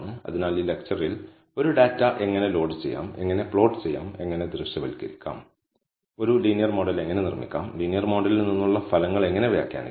അതിനാൽ ഈ ലെക്ച്ചറിൽ ഒരു ഡാറ്റ എങ്ങനെ ലോഡ് ചെയ്യാം എങ്ങനെ പ്ലോട്ട് ചെയ്യാം എങ്ങനെ ദൃശ്യവൽക്കരിക്കാം ഒരു ലീനിയർ മോഡൽ എങ്ങനെ നിർമ്മിക്കാം ലീനിയർ മോഡലിൽ നിന്നുള്ള ഫലങ്ങൾ എങ്ങനെ വ്യാഖ്യാനിക്കാം